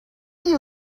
you